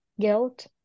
guilt